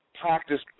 practice